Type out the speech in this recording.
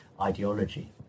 ideology